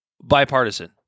bipartisan